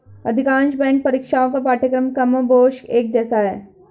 अधिकांश बैंक परीक्षाओं का पाठ्यक्रम कमोबेश एक जैसा है